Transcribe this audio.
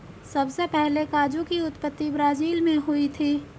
सबसे पहले काजू की उत्पत्ति ब्राज़ील मैं हुई थी